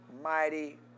mighty